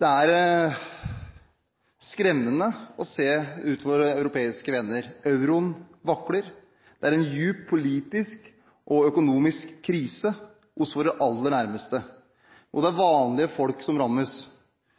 Det er skremmende å se på våre europeiske venner. Euroen vakler. Det er en dyp politisk og økonomisk krise hos våre aller nærmeste, og det er vanlige folk som rammes.